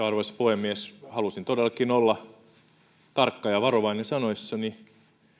arvoisa puhemies halusin todellakin olla tarkka ja varovainen sanoissani